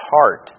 heart